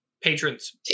Patrons